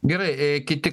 gerai e kiti